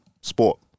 sport